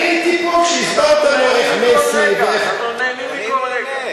אני הייתי פה כשהסברת איך מסי ואיך, אני נהנה.